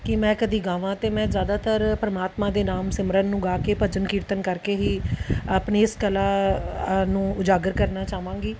ਕਿ ਮੈਂ ਕਦੀ ਗਾਵਾਂ ਤਾਂ ਮੈਂ ਜ਼ਿਆਦਾਤਰ ਪਰਮਾਤਮਾ ਦੇ ਨਾਮ ਸਿਮਰਨ ਨੂੰ ਗਾ ਕੇ ਭਜਨ ਕੀਰਤਨ ਕਰਕੇ ਹੀ ਆਪਣੀ ਇਸ ਕਲਾ ਆ ਨੂੰ ਉਜਾਗਰ ਕਰਨਾ ਚਾਵਾਂਗੀ